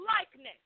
likeness